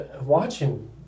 watching